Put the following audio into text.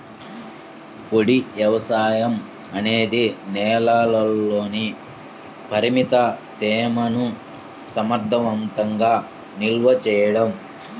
పొడి వ్యవసాయం అనేది నేలలోని పరిమిత తేమను సమర్థవంతంగా నిల్వ చేయడం